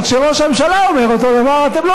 אבל כשראש הממשלה אומר אותו דבר אתם לא